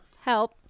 Help